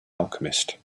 alchemist